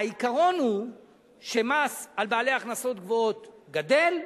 העיקרון הוא שמס על בעלי הכנסות גבוהות גדל,